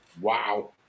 wow